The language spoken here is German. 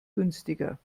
günstiger